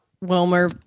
wilmer